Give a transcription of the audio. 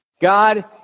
God